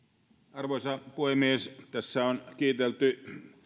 arvoisa puhemies tässä on kiitelty